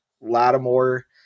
Lattimore